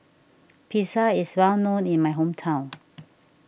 Pizza is well known in my hometown